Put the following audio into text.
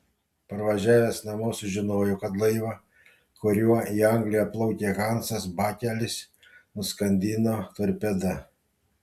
parvažiavęs namo sužinojau kad laivą kuriuo į angliją plaukė hansas bakelis nuskandino torpeda